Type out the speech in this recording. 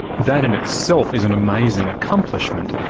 that in itself is an amazing accomplishment,